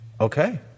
Okay